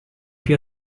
più